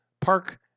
park